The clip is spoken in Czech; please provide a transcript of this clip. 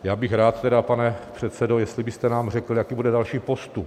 Já bych tedy rád, pane předsedo, jestli byste nám řekl, jaký bude další postup.